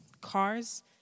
cars